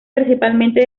principalmente